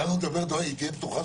התחלנו לדבר שתהיה פתוחה,